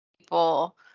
people